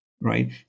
right